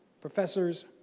professors